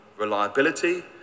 reliability